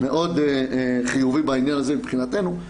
מאוד חיובי בעניין הזה מבחינתנו,